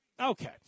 Okay